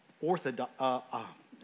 orthodox